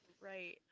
Right